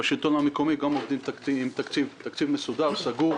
בשלטון המקומי גם עובדים עם תקציב מסודר וסגור.